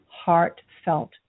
heartfelt